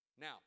Now